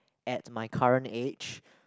at my current age